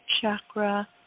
chakra